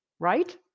Right